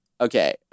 okay